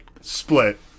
split